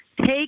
take